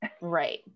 right